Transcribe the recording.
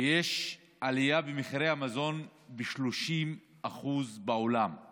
שיש עלייה של 30% בעולם במחירי מזון.